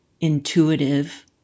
intuitive